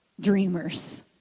dreamers